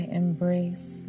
embrace